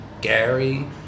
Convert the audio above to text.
Gary